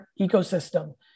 ecosystem